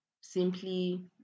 simply